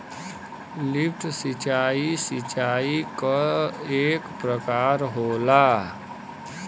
lift सिंचाई, सिंचाई क एक प्रकार होला